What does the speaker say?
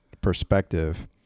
perspective